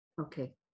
okay